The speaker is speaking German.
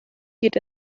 geht